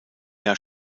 jahr